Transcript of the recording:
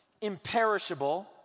imperishable